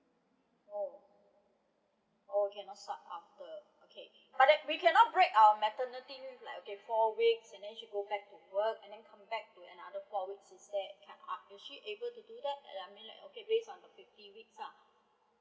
oh oh cannot start after okay but that we cannot break our maternity leave like okay four weeks and then she go back to work and then come back another four weeks instead is she able to do that uh I mean like okay based on the fifty weeks lah